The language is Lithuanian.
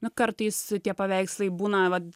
nu kartais tie paveikslai būna vat